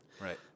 Right